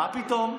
מה פתאום?